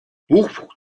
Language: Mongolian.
бүх